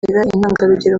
intangarugero